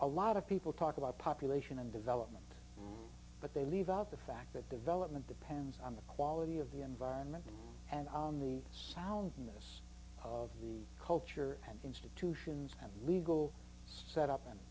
a lot of people talk about population and development but they leave out the fact that development depends on the quality of the environment and the soundness of the culture and institutions and legal set up and